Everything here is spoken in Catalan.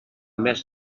més